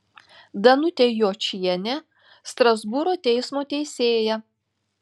danutė jočienė strasbūro teismo teisėja